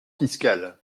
fiscal